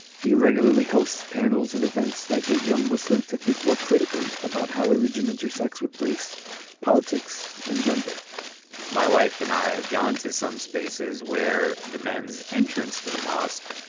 he regularly hosts panels and events that get young muslims to think more critically about how religion intersects with breece politics and gender my wife and i have gone to some spaces where the men's entrance to the mosque.